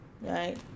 right